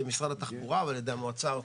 משרד התחבורה או על-ידי המועצה הארצית.